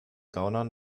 gaunern